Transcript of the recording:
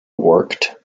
worked